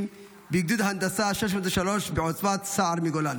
בגדוד ההנדסה 603 בעוצבת סער מגולן.